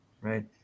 right